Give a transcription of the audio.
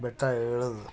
ಬೆಟ್ಟ ಇಳಿದು